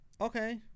okay